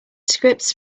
scripts